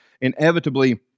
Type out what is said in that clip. inevitably